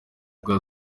bwa